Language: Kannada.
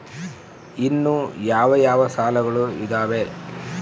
ಇನ್ನು ಯಾವ ಯಾವ ಸಾಲಗಳು ಇದಾವೆ?